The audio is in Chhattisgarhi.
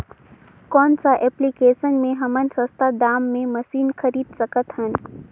कौन सा एप्लिकेशन मे हमन सस्ता दाम मे मशीन खरीद सकत हन?